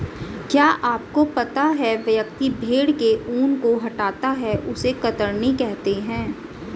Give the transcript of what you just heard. क्या आपको पता है व्यक्ति भेड़ के ऊन को हटाता है उसे कतरनी कहते है?